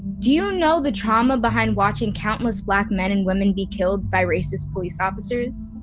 do you know the trauma behind watching countless black men and women be killed by racist police officers?